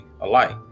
alike